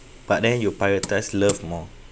but then you prioritize love more